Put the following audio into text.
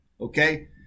Okay